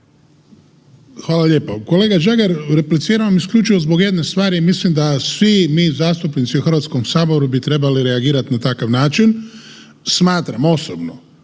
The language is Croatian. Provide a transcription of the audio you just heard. Hvala lijepo. Kolega Žagar, repliciram vam isključivo zbo jedne stvari i mislim da svi mi zastupnici u Hrvatskom saboru bi trebali reagirati na takav način. Smatram osobno